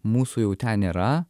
mūsų jau ten nėra